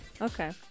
okay